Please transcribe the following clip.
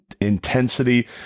intensity